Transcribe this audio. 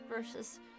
versus